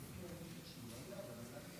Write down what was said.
לא יודע, אבל דילגת.